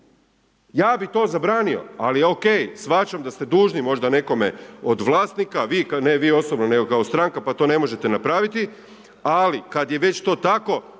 Ja bi to zabranio, ali ok, shvaćam da ste dužni možda nekome od vlasnika, vi ne kao vi osobno nego kao stranka pa to ne možete napraviti, ali kad je već to tako,